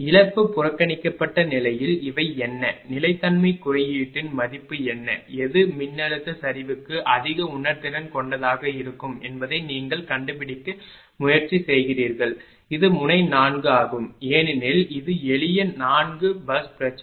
இழப்பு புறக்கணிக்கப்பட்ட நிலையில் இவை என்ன நிலைத்தன்மை குறியீட்டின் மதிப்பு என்ன எது மின்னழுத்த சரிவுக்கு அதிக உணர்திறன் கொண்டதாக இருக்கும் என்பதை நீங்கள் கண்டுபிடிக்க முயற்சி செய்கிறீர்கள் இது முனை 4 ஆகும் ஏனெனில் இது எளிய 4 பேருந்து பிரச்சனை